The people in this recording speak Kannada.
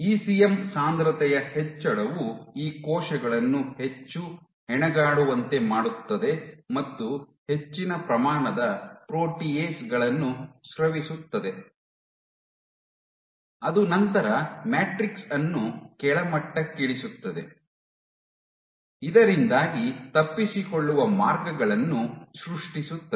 ಇಸಿಎಂ ಸಾಂದ್ರತೆಯ ಹೆಚ್ಚಳವು ಈ ಕೋಶಗಳನ್ನು ಹೆಚ್ಚು ಹೆಣಗಾಡುವಂತೆ ಮಾಡುತ್ತದೆ ಮತ್ತು ಹೆಚ್ಚಿನ ಪ್ರಮಾಣದ ಪ್ರೋಟಿಯೇಸ್ ಗಳನ್ನು ಸ್ರವಿಸುತ್ತದೆ ಅದು ನಂತರ ಮ್ಯಾಟ್ರಿಕ್ಸ್ ಅನ್ನು ಕೆಳಮಟ್ಟಕ್ಕಿಳಿಸುತ್ತದೆ ಇದರಿಂದಾಗಿ ತಪ್ಪಿಸಿಕೊಳ್ಳುವ ಮಾರ್ಗಗಳನ್ನು ಸೃಷ್ಟಿಸುತ್ತದೆ